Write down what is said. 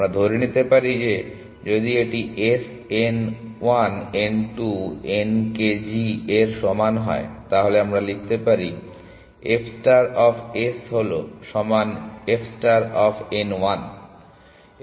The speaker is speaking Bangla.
আমরা ধরে নিতে পারি যে যদি এটি S n 1 n 2 n k G এর সমান হয় তাহলে আমরা লিখতে পারি f ষ্টার অফ S হলো সমান f ষ্টার অফ n1